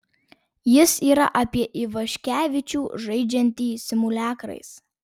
jis yra apie ivaškevičių žaidžiantį simuliakrais